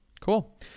cool